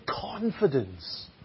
confidence